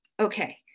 Okay